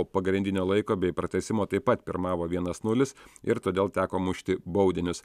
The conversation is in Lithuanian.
po pagrindinio laiko bei pratęsimo taip pat pirmavo vienas nulis ir todėl teko mušti baudinius